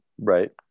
Right